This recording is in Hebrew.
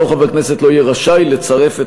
אותו חבר כנסת לא יהיה רשאי לצרף את